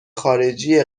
خارجی